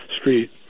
Street